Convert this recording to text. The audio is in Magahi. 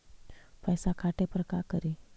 पैसा काटे पर का करि?